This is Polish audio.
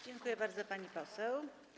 Dziękuję bardzo, pani poseł.